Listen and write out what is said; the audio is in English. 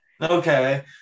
Okay